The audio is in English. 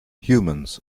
humans